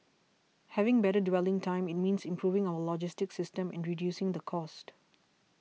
having better dwelling time it means improving our logistic system and reducing the cost